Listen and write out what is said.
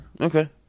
Okay